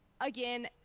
again